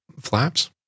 flaps